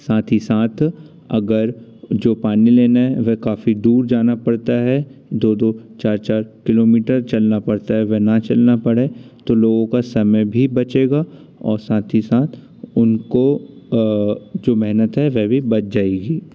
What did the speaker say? साथ ही साथ अगर जो पानी लेना है वह काफ़ी दूर जाना पड़ता है दो दो चार चार किलोमीटर चलना पड़ता है वह न चलना पड़े तो लोगों का समय भी बचेगा और साथ ही साथ उनको जो मेहनत है वह भी बच जाएगी